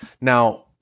Now